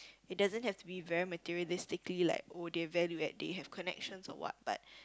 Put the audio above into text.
it doesn't have to be very materialistically like oh they value add they have connections or what but